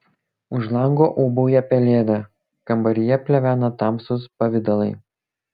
už lango ūbauja pelėda kambaryje plevena tamsūs pavidalai